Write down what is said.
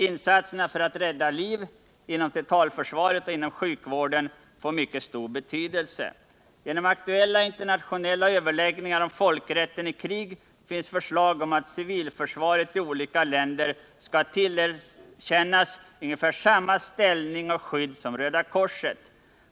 Insatserna för att rädda liv — inom civilförsvaret och inom sjukvården — får mycket stor betydelse. Genom aktuella internationella överläggningar om folkrätten i krig finns förslag om att civilförsvaret i olika länder skall tillerkännas ungefär samma ställning och skydd som Röda korset.